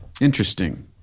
Interesting